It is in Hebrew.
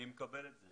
אני מקבל את זה.